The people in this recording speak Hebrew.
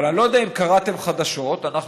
אבל אני לא יודע אם קראתם חדשות: אנחנו